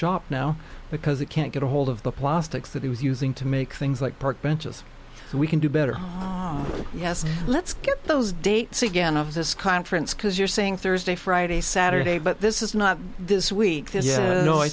shop now because they can't get a hold of the plastics that he was using to make things like park benches so we can do better yes let's get those dates again of this conference because you're saying thursday friday saturday but this is not this week